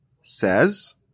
says